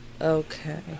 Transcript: Okay